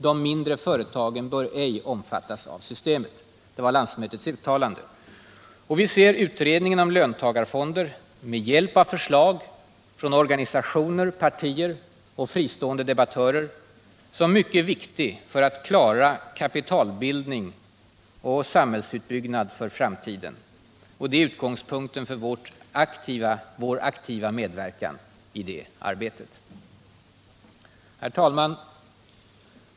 De mindre företagen bör ej omfattas av systemet.” Vi ser utredningen om löntagarfonder - med hjälp av förslag från organisationer, partier och fristående debattörer — som mycket viktig för att klara kapitalbildning och samhällsutbyggnad för framtiden. Det är utgångspunkten för vår aktiva medverkan i det arbetet. Herr talman!